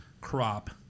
crop